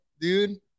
dude